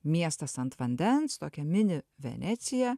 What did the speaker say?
miestas ant vandens tokia mini venecija